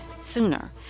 sooner